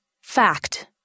Fact